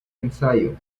ensayo